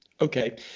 okay